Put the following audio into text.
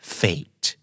fate